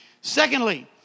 Secondly